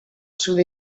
sud